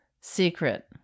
Secret